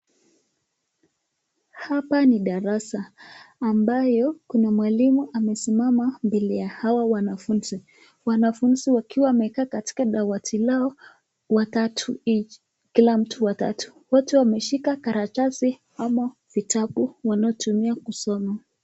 Hapa ni darasa ambayo kuna mwalimu amesimama mbele ya hawa wanafunzi. Wanafunzi wakiwa wamekaa katika dawati lao watatu each kila mtu watatu wote wameshika karatasi ama vitabu wanayotumia kusoma.